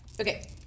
Okay